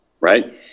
right